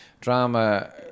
drama